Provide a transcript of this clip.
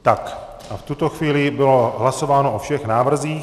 Tak a v tuto chvíli bylo hlasováno o všech návrzích.